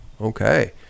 okay